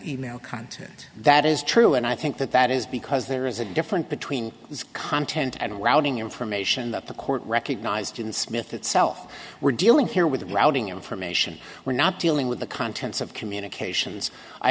mail that is true and i think that that is because there is a different between content and routing information that the court recognized in smith itself we're dealing here with routing information we're not dealing with the contents of communications i